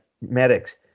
medics